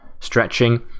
stretching